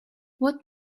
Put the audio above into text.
what